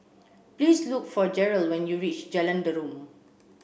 please look for Jerrell when you reach Jalan Derum